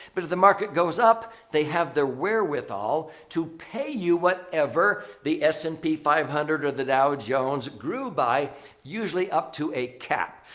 but if the market goes up, they have their wherewithal to pay you whatever the s and p five hundred or the dow jones grew by usually up to a cap.